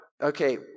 okay